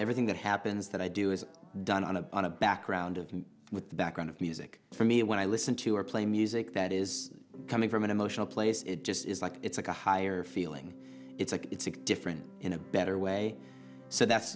everything that happens that i do is done on a on a background of with the background of music for me and when i listen to or play music that is coming from an emotional place it just is like it's a higher feeling it's like it's a different in a better way so that's